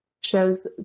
shows